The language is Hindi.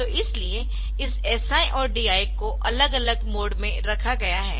तो इसीलिए इस SI और DI को अलग अलग मोड में रखा गया है